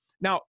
Now